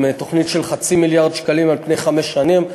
תוכנית של חצי מיליארד שקלים על פני חמש שנים.